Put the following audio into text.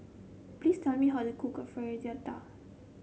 please tell me how to cook Fritada